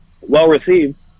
well-received